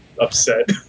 upset